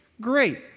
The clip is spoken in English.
Great